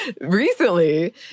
recently